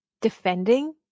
defending